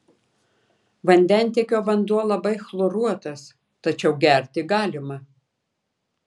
vandentiekio vanduo labai chloruotas tačiau gerti galima